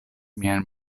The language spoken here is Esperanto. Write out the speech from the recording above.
mian